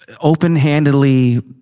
open-handedly